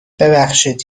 ببخشید